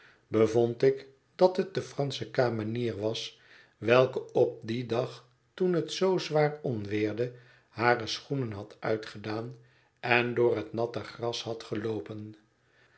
bevond ik dat het de fransche kamenier was welke op dien dag toen het zoo zwaar onweerde hare schoenen had uitgedaan en door het natte gras had geloopen